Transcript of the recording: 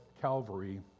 Calvary